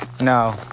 No